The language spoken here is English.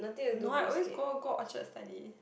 no I always go go Orchard study